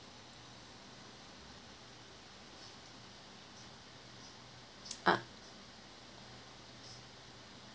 ah